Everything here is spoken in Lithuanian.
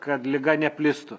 kad liga neplistų